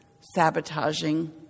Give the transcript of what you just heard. sabotaging